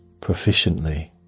proficiently